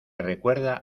recuerda